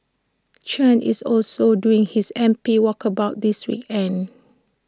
Chen is also doing his M P walkabouts this weekend